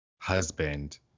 husband